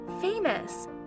famous